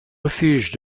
refuges